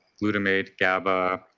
glutamate, gaba,